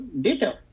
data